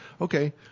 okay